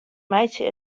meitsje